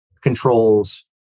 controls